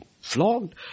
flogged